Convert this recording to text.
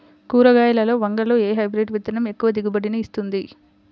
కూరగాయలలో వంగలో ఏ హైబ్రిడ్ విత్తనం ఎక్కువ దిగుబడిని ఇస్తుంది?